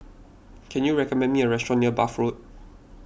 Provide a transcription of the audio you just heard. can you recommend me a restaurant near Bath Road